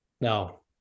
No